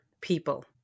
people